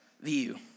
view